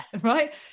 right